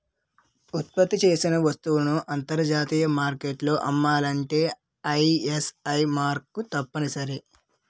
ఉత్పత్తి చేసిన వస్తువులను అంతర్జాతీయ మార్కెట్లో అమ్మాలంటే ఐఎస్ఐ మార్కు తప్పనిసరి